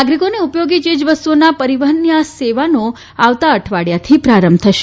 નાગરીકોને ઉપયોગી ચીજવસ્તુઓના પરીવહનની આ સેવાનો આવતા અઠવાડીયાની પ્રારંભ થશે